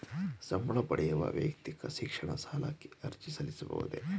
ಸಂಬಳ ಪಡೆಯುವ ವ್ಯಕ್ತಿಯು ಶಿಕ್ಷಣ ಸಾಲಕ್ಕೆ ಅರ್ಜಿ ಸಲ್ಲಿಸಬಹುದೇ?